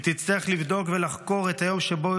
היא תצטרך לבדוק ולחקור את היום שבו